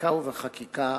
בפסיקה ובחקיקה